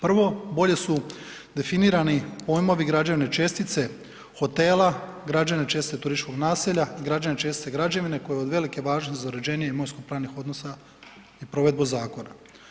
Prvo, bolje su definirani pojmovi građevne čestice hotela, građevne čestice turističkog naselja i građevne čestice građevine koja je od velike važnosti za uređene imovinsko-pravnih odnosa i provedbu zakona.